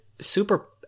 super